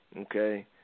Okay